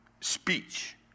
speech